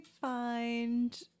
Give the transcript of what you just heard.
find